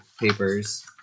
papers